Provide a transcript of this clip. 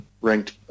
ranked